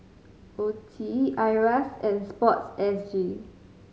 O T E IRAS and Sport S G